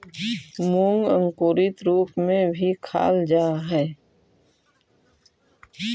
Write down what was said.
मूंग अंकुरित रूप में भी खाल जा हइ